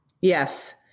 Yes